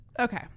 Okay